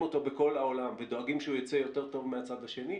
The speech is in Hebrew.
אותו בכל העולם ודואגים שהוא ייצא טוב יותר מהצד השני,